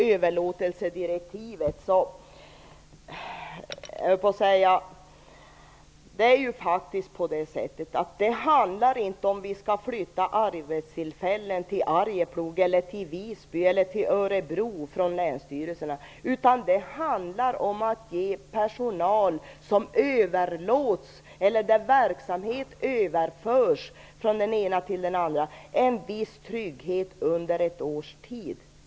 Överlåtelsedirektivet handlar inte om att vi skall flytta arbetstillfällen från länsstyrelserna till Arjeplog, Visby eller Örebro. Det handlar om att ge personal där verksamhet överlåts en viss trygghet under ett års tid.